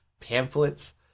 Pamphlets